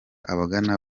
abagana